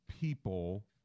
people –